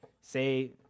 say